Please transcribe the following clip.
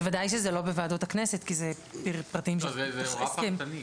בוודאי שזה לא בוועדות הכנסת כי אלה פרטים --- זאת הוראה פרטנית.